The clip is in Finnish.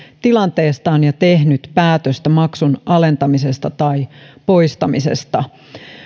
tilanteestaan ja tehnyt päätöstä maksun alentamisesta tai poistamisesta